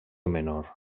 menor